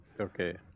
Okay